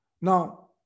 Now